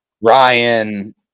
Ryan